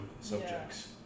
subjects